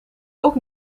ook